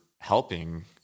helping